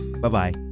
Bye-bye